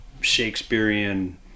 shakespearean